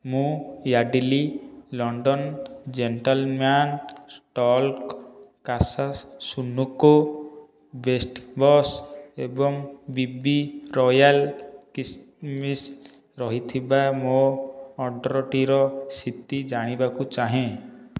ମୁଁ Yardley London gentleman talc କାସାସୁନକୋ best ବଶ୍ ଏବଂ ବିବି ରୟାଲ କିସ୍ମିସ୍ ରହିଥିବା ମୋ ଅର୍ଡ଼ରଟିର ସ୍ଥିତି ଜାଣିବାକୁ ଚାହେଁ